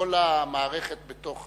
המערכת בתוך,